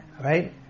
right